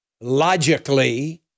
logically